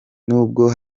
nubwo